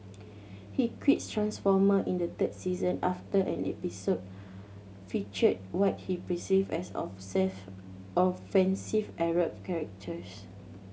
he quit Transformer in the third season after an episode featured what he perceived as offensive Arab caricatures